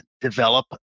develop